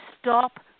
stop